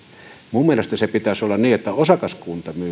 minun mielestäni pitäisi olla niin että osakaskunta myy